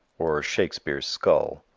or shakespere's skull,